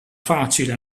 facile